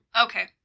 Okay